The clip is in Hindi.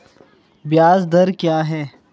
ब्याज दर क्या है?